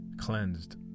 cleansed